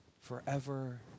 forever